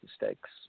mistakes